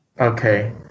Okay